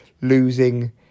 losing